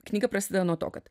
knyga prasideda nuo to kad